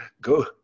go